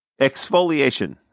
Exfoliation